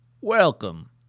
Welcome